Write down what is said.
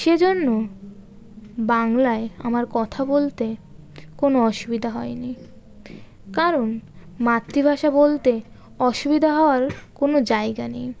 সেজন্য বাংলায় আমার কথা বলতে কোনও অসুবিধা হয়নি কারণ মাতৃভাষা বলতে অসুবিধা হওয়ার কোনও জায়গা নেই